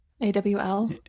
A-W-L